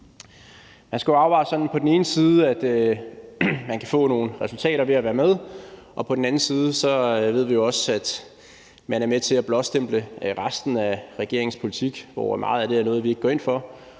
Man skal lave en afvejning: På den ene side kan man få nogle resultater ved at være med, og på den anden side ved vi jo også, at man er med til at blåstemple resten af regeringens politik, hvor meget af det er noget, vi ikke går ind for.